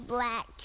Black